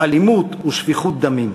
אלימות ושפיכות דמים.